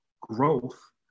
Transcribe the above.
growth